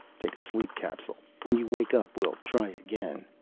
take a sleep capsule. when you wake up we'll try again.